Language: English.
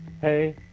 hey